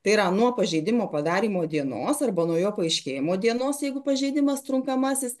tai yra nuo pažeidimo padarymo dienos arba nuo jo paaiškėjimo dienos jeigu pažeidimas trunkamasis